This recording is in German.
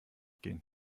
gehen